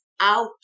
out